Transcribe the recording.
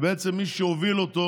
ובעצם מי שהוביל אותו